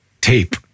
tape